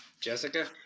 Jessica